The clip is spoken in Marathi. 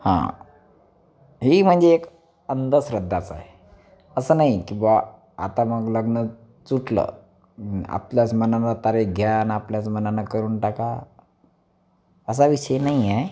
हा हे ही म्हणजे एक अंधश्रद्धाच आहे असं नाही की बुवा आता मग लग्न तुटलं आपलंच मनानं तारीख घ्या न आपल्याच मनानं करून टाका असा विषय नाही आहे